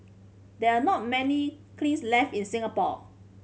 there are not many kilns left in Singapore